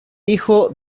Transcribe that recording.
hijo